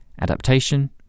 Adaptation